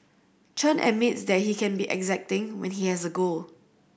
Chen admits that he can be exacting when he has a goal